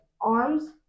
arms